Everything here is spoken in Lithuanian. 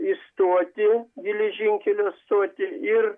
į stotį geležinkelio soti ir